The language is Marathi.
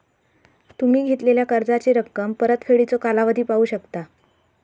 तुम्ही घेतलेला कर्जाची रक्कम, परतफेडीचो कालावधी पाहू शकता